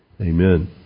Amen